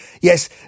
yes